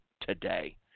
today